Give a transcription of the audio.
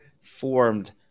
formed